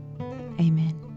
Amen